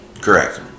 Correct